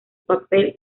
papel